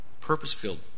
purpose-filled